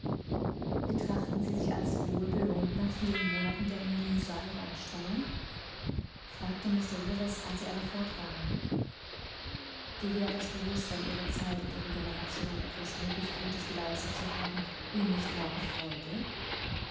betrachten sie sich als wohl belohnt nach vielen monaten der mühsal und anstrengung fragte mr rivers als sie alle fort waren gewährt das bewußtsein ihrer zeit und ihrer generation etwas wirklich gutes geleistet zu haben ihnen nicht wahre freude